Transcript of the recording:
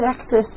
access